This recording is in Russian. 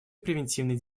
превентивной